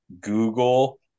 Google